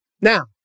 Now